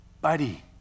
buddy